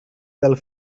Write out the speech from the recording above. dal